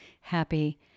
happy